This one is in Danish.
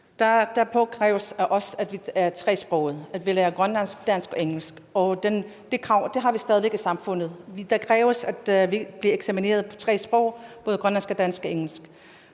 blev indført, at vi er tresprogede – at vi lærer grønlandsk, dansk og engelsk. Det krav har vi stadig væk i samfundet. Der kræves, at vi bliver eksamineret på tre sprog, både grønlandsk, dansk og engelsk.